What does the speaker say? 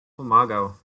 pomagal